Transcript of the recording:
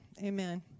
Amen